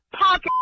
pocket